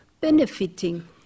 benefiting